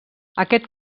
aquest